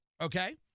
okay